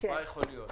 מה יכול להיות